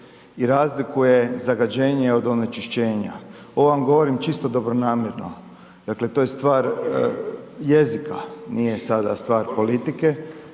i razlikuje zagađenje od onečišćenja. Ovo vam govorim čisto dobronamjerno. Dakle, to je stvar jezika nije sada stvar politike